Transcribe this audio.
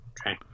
Okay